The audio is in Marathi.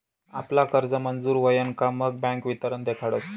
आपला कर्ज मंजूर व्हयन का मग बँक वितरण देखाडस